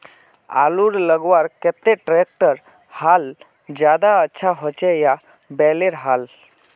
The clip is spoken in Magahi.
आलूर लगवार केते ट्रैक्टरेर हाल ज्यादा अच्छा होचे या बैलेर हाल?